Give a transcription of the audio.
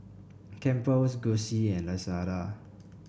Campbell's Gucci and Lazada